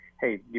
hey